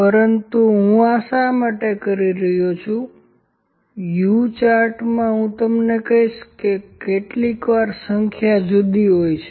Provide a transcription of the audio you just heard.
પરંતુ હું આ શા માટે કરી રહ્યો છું કે U ચાર્ટમાં હું તમને કહીશ કે કેટલીકવાર સંખ્યા જુદી હોય છે